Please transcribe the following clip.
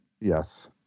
Yes